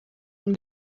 und